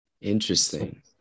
Interesting